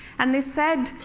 and they said,